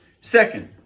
Second